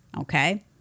okay